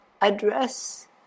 Address